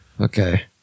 Okay